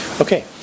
Okay